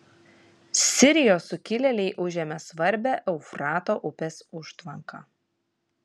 sirijos sukilėliai užėmė svarbią eufrato upės užtvanką